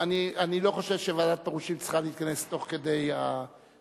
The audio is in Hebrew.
אני לא חושב שוועדת פירושים צריכה להתכנס תוך כדי הכנסת,